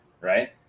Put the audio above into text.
Right